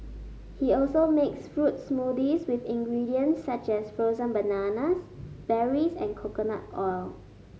he also makes fruits smoothies with ingredients such as frozen bananas berries and coconut oil